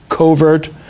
Covert